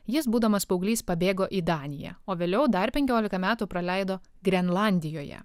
jis būdamas paauglys pabėgo į daniją o vėliau dar penkiolika metų praleido grenlandijoje